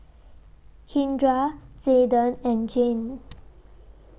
Kindra Zayden and Jayne